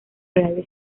reales